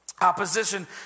Opposition